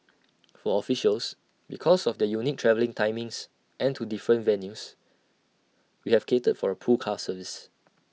for officials because of their unique travelling timings and to different venues we have catered for A pool car service